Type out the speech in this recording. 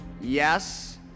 Yes